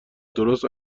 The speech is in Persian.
درست